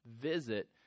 visit